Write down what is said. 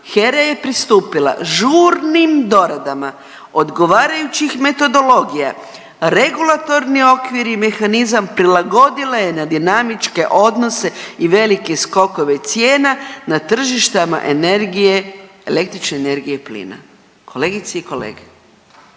HERA je pristupila žurnim doradama odgovarajućih metodologija, regulatorni okvir i mehanizam prilagodila je na dinamičke odnose i velike skokove cijena na tržištima energije, električne energije plina. Kolegice i kolege,